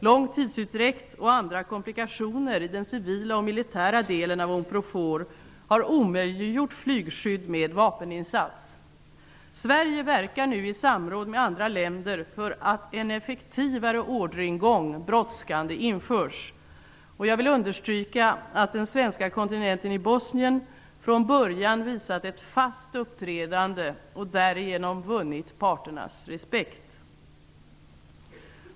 Lång tidsutdräkt och andra komplikationer i den civila och militära delen av Unprofor har omöjliggjort flygskydd med vapeninsats. Sverige verkar nu i samråd med andra länder för att en effektivare orderingång brådskande skall införas. Jag vill understryka att den svenska kontingenten i Bosnien från början visat ett fast uppträdande och därigenom vunnit parternas respekt.